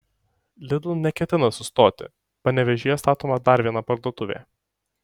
lidl neketina sustoti panevėžyje statoma dar viena parduotuvė